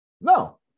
No